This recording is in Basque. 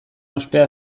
ospea